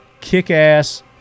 kick-ass